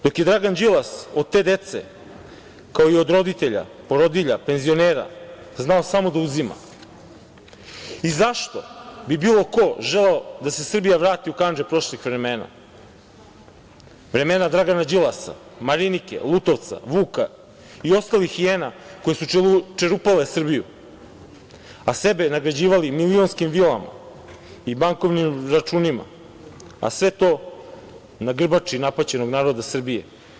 Dok je Dragan Đilas od te dece, kao i od roditelja, porodilja, penzionera, znao samo da uzima, zašto bi bilo ko želeo da se Srbija vrati u kandže prošlih vremena, vremena Dragana Đilasa, Marinike, Lutovca, Vuka i ostalih hijena koji su čerupale Srbiju, a sebe nagrađivali milionskim vilama i bankovnim računima, a sve to na grbači napaćenog naroda Srbije?